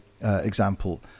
example